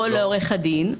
אנחנו.